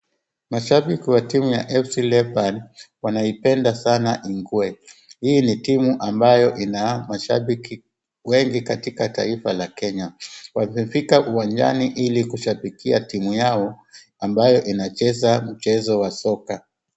Mashabiki wa timu ya FC Leopard wanaipenda sana Ingwe. Hii timu ni ambayo ina mashahabiki wengi katika taifa la Kenya. Wamefika uwanjani ili kushabikia timu yao ambayo inacheza mchezo wa soka.